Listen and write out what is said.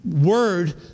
word